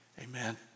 Amen